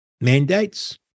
mandates